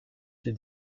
des